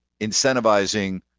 incentivizing